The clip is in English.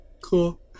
cool